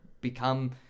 become